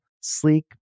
sleek